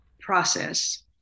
process